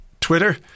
Twitter